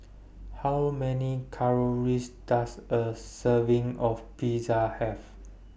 How Many Calories Does A Serving of Pizza Have